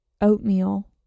oatmeal